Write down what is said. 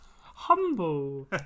humble